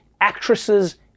actresses